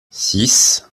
six